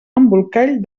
embolcall